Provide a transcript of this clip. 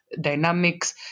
dynamics